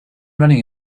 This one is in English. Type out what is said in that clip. running